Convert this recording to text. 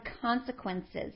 consequences